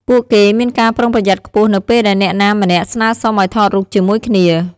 ពួកគេមានការប្រុងប្រយ័ត្នខ្ពស់នៅពេលដែលអ្នកណាម្នាក់ស្នើសុំឱ្យថតរូបជាមួយគ្នា។